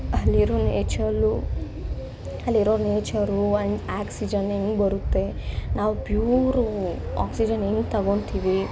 ಅಲ್ಲಿರೋ ನೇಚಲು ಅಲ್ಲಿರೋ nature and oxygen ಹೆಂಗೆ ಬರುತ್ತೆ ನಾವು ಪ್ಯೂರು ಆಕ್ಸಿಜನ್ ಹೆಂಗೆ ತಗೊಳ್ತೀವಿ